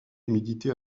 humidité